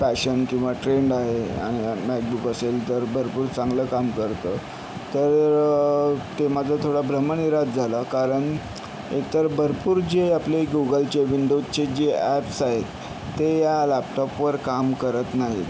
fashion किंवा trend आहे आणि मॅकबुक असेल तर भरपूर चांगलं काम करतं तर ते माझं थोडा भ्रमनिरास झाला कारण एक तर भरपूर जे आपले गूगलचे विंडोजचे जे ॲप्स आहेत ते ह्या लॅपटॉपवर काम करत नाहीत